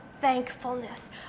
thankfulness